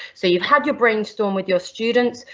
so you've had your brainstorm with your students,